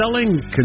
selling